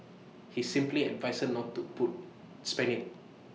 he simply advised her not to put spend IT